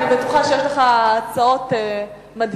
אני בטוחה שיש לך הצעות מדהימות,